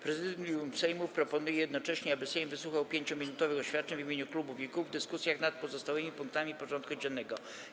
Prezydium Sejmu proponuje jednocześnie, aby Sejm wysłuchał 5-minutowych oświadczeń w imieniu klubów i kół w dyskusjach nad pozostałymi punktami porządku dziennego.